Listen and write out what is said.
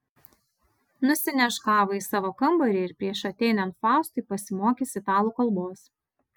nusineš kavą į savo kambarį ir prieš ateinant faustui pasimokys italų kalbos